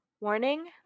Warning